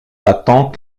attend